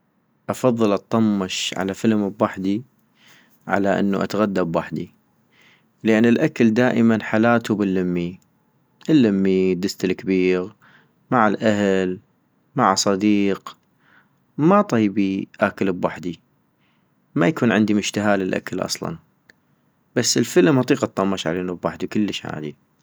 افضل اطمش على فلم ابحدي، على انو اتغدى ابحدي - لان الاكل دائما حلاتو باللمي، اللميي ، الدست الكبيغ ، مع الاهل ، مع صديق ، ما طيبي اكل ابحدي ، مايكون عندي مشتهاه للاكل اصلا، بس الفلم اطيق اطمش علينو ابحدي كلش عادي